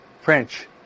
French